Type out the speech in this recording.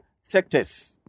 sectors